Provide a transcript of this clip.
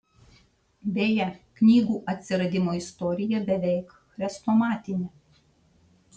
beje knygų atsiradimo istorija beveik chrestomatinė